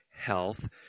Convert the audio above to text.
health